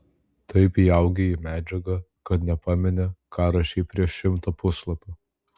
taip įaugi į medžiagą kad nepameni ką rašei prieš šimtą puslapių